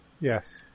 Yes